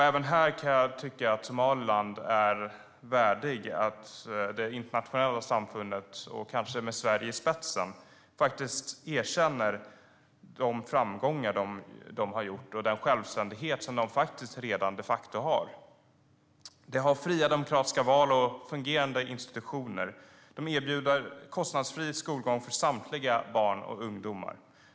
Även här kan jag tycka att Somaliland är värdigt att det internationella samfundet, kanske med Sverige i spetsen, faktiskt erkänner de framgångar landet har gjort och den självständighet det de facto redan har. Somaliland har fria demokratiska val och fungerande institutioner. Man erbjuder kostnadsfri skolgång för samtliga barn och ungdomar.